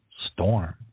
storm